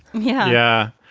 yeah. yeah,